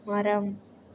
மரம்